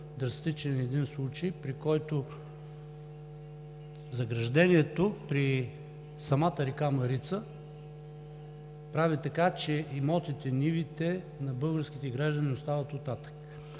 драстичен е един случай, при който заграждението при самата река Марица прави така, че имотите, нивите на българските граждани остават оттатък.